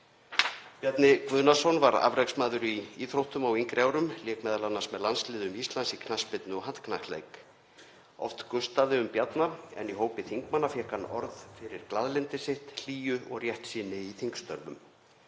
Bjarni Guðnason var afreksmaður í íþróttum á yngri árum, lék m.a. með landsliðum Íslands í knattspyrnu og handknattleik. Oft gustaði um Bjarna en í hópi þingmanna fékk hann orð fyrir glaðlyndi sitt, góðvild og réttsýni í þingstörfum.